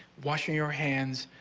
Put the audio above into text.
washing your hands,